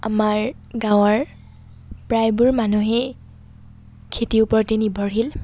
আমাৰ গাৱঁৰ প্ৰায়বোৰ মানুহেই খেতিৰ ওপৰতে নিৰ্ভৰশীল